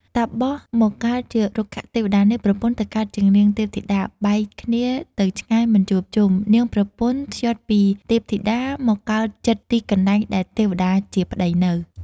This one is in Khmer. តាបសមកកើតជារុក្ខទេវតានេះ ប្រពន្ធទៅកើតជានាងទេពធីតា បែកគ្នាទៅឆ្ងាយមិនជួបជុំ នាងប្រពន្ធ ច្យុតពីទេពធីតាមកកើតជិតទីកន្លែងដែលទេវតាជាប្ដីនៅ ។